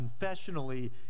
confessionally